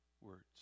words